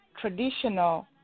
Traditional